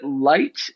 light